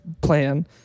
plan